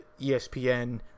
ESPN